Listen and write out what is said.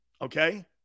okay